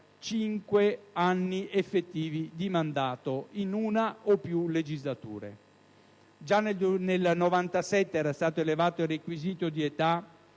5 anni effettivi di mandato, in una o più legislature. Già nel 1997 era stato elevato il requisito di età